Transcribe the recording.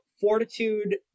fortitude